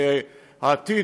והעתיד,